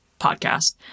podcast